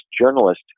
journalist